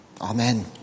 Amen